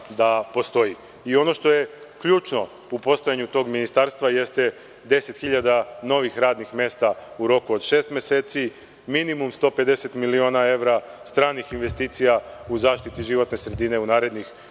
što ključno u postojanju tog ministarstva jeste 10 hiljada novih radnih mesta u roku od šest meseci, minimum 150 miliona evra stranih investicija u zaštiti životne sredine u narednih